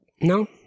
No